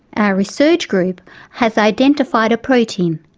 our research group has identified a protein,